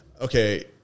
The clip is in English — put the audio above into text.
okay